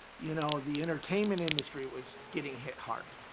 you know, the entertainment industry was getting hit hard.